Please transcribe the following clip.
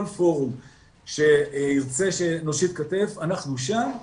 כל פורום שירצה שנושיט כתף אנחנו שם,